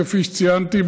כפי שציינתי.